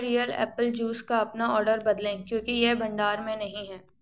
real apple juice का अपना order बदलें क्योंकि यह भंडार में नहीं है